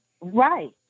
Right